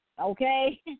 okay